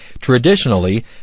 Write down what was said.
Traditionally